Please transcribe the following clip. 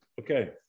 Okay